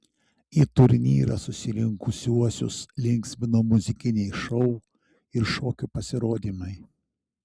į turnyrą susirinkusiuosius linksmino muzikiniai šou ir šokių pasirodymai